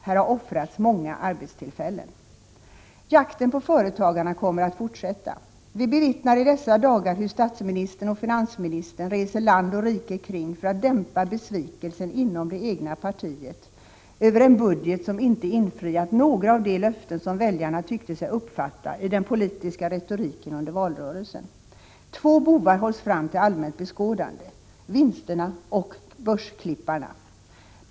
Här har offrats många arbetstillfällen. Jakten på företagarna kommer att fortsätta. Vi bevittnar i dessa dagar hur statsministern och finansministern reser land och rike kring för att dämpa besvikelsen inom det egna partiet över en budget som inte infriat några av de löften som väljarna tyckte sig uppfatta i den politiska retoriken under valrörelsen. Två bovar hålls fram till allmänt beskådande: vinsterna och börsklipparna.